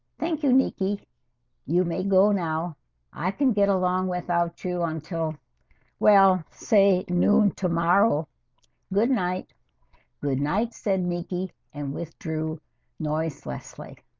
thank you, nikki you may go now i can get along without you until well say noon tomorrow good night good night, said nikki and withdrew noiselessly